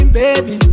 baby